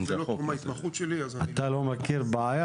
זה לא תחום ההתמחות שלי --- אתה לא מכיר בעיה?